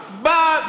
בנגב.